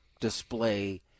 display